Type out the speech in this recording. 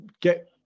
get